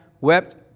wept